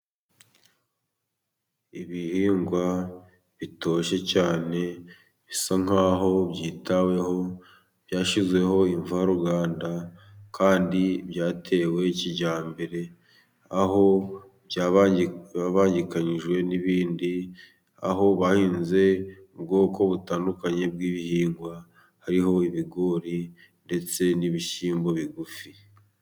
Ibihingwa bitoshye cyane， bisa nk'aho byitaweho，byashyizweho imvaruganda， kandi byatewe kijyambere， aho byabangikanyijwe n'ibindi，aho bahinze mu ubwoko butandukanye bw'ibihingwa, hariho ibigori ndetse n'ibishyimbo bigufi.